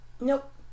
nope